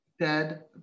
dead